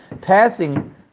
passing